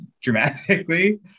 dramatically